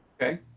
Okay